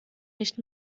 nicht